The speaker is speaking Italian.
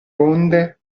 onde